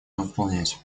выполнять